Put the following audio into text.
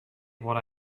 what